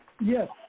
Yes